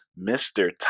Mr